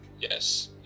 Yes